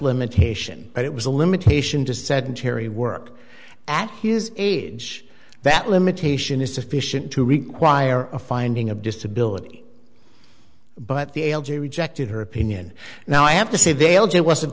limitation but it was a limitation to sedentary work at his age that limitation is sufficient to require a finding of disability but the l g rejected her opinion now i have to say they all just wasn't